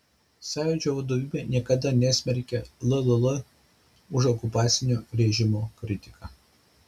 sąjūdžio vadovybė niekada nesmerkė lll už okupacinio režimo kritiką